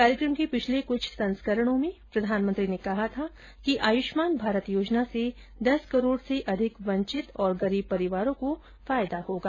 कार्यक्रम के पिछले कुछ संस्करणों में प्रधानमंत्री ने कहा था कि आयुष्मान भारत योजना से दस करोड़ से अधिक वंचित और गरीब परिवारों को फायदा होगा